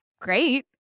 great